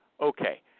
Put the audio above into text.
Okay